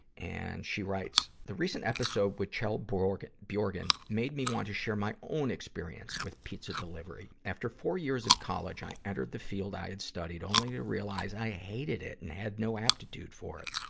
and, she writes, the recent episode will kjell bjorgen bjorgen made me want to share my own experience with pizza delivery. after four years of college, i entered the field i had studied, only to realize i hated it and had no aptitude for it.